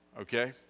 okay